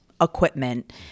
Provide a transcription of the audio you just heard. equipment